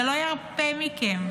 זה לא ירפה מכם,